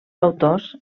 autors